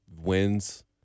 wins